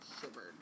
shivered